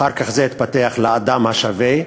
אחר כך זה התפתח לאדם השווה,